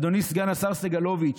אדוני, סגן השר סגלוביץ',